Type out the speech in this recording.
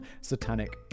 satanic